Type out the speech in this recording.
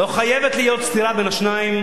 לא חייבת להיות סתירה בין השניים,